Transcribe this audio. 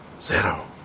Zero